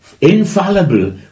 infallible